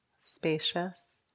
Spacious